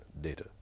data